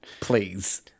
Please